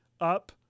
up